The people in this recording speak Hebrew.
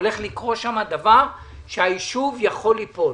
הולך לקרות שם דבר שהיישוב יכול ליפול.